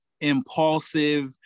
impulsive